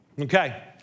Okay